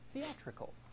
theatrical